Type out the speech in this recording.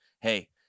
hey